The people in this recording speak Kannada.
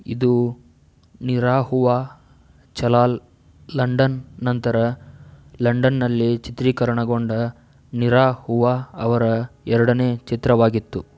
ಇದು ನಿರಾಹುವಾ ಚಲಾಲ್ ಲಂಡನ್ ನಂತರ ಲಂಡನ್ನಲ್ಲಿ ಚಿತ್ರೀಕರಣಗೊಂಡ ನಿರಾಹುವಾ ಅವರ ಎರಡನೇ ಚಿತ್ರವಾಗಿತ್ತು